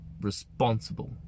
responsible